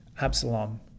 Absalom